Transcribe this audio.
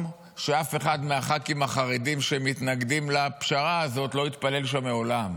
שאף אחד מהח"כים שמתנגדים לפשרה הזו לא התפלל שם מעול מעולם,